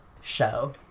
show